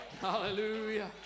Hallelujah